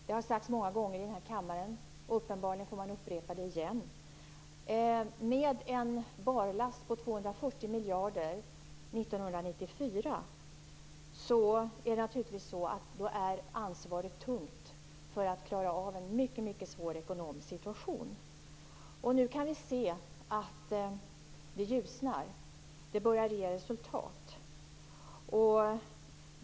Det har sagts många gånger i kammaren, men uppenbarligen får man upprepa det igen, att med en barlast på 240 miljarder 1994 är ansvaret naturligtvis tungt när det gäller att klara av en mycket svår ekonomisk situation. Nu kan vi se att det ljusnar och att arbetet börjar ge resultat.